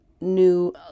new